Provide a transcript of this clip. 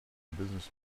business